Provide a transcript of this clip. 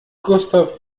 gustav